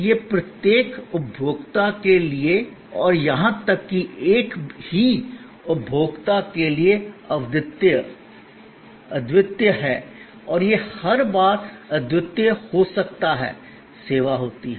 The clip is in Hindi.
यह प्रत्येक उपभोक्ता के लिए और यहां तक कि एक ही उपभोक्ता के लिए अद्वितीय है यह हर बार अद्वितीय हो सकता है सेवा होती है